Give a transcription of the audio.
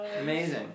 Amazing